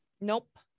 Nope